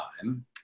time